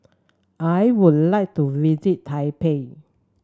I would like to visit Taipei